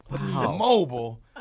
Mobile